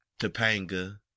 Topanga